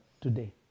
today